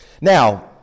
Now